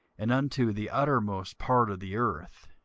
and unto the uttermost part of the earth.